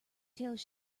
tales